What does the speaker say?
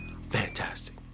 fantastic